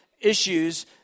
issues